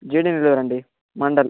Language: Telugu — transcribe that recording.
జీడి నెల్లూరండి మండల్